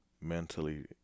mentally